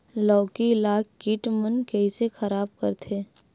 लौकी ला कीट मन कइसे खराब करथे?